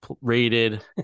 rated